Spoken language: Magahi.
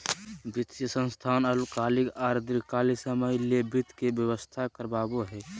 वित्तीय संस्थान अल्पकालीन आर दीर्घकालिन समय ले वित्त के व्यवस्था करवाबो हय